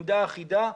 עמדה אחידה,